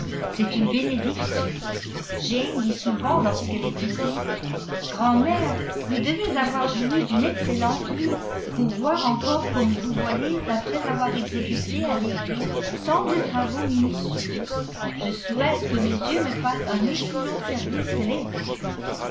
c'est une bénédiction jane dit souvent lorsqu'elle est ici grand'mère vous devez avoir joui d'une excellente vue pour voir encore comme vous voyez après avoir exécuté à l'aiguille tant de travaux minutieux je souhaite que mes yeux me fassent un aussi long service que les vôtres